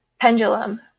pendulum